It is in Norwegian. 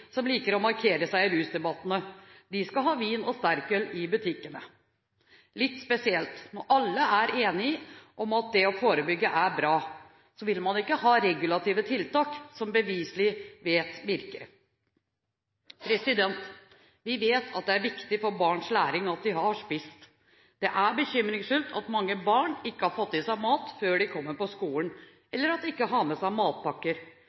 som liker å markere seg i rusdebattene, skal ha vin og sterkøl i butikkene. Det er litt spesielt når alle er enige om at det å forebygge er bra, at man ikke vil ha regulative tiltak, som vi vet beviselig virker. Vi vet at det er viktig for barns læring at de har spist. Det er bekymringsfullt at mange barn ikke har fått i seg mat før de kommer på skolen, eller at de ikke har med seg